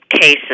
cases